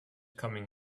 coming